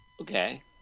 Okay